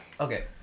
Okay